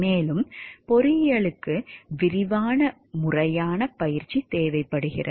மேலும் பொறியியலுக்கு விரிவான முறையான பயிற்சி தேவைப்படுகிறது